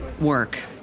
work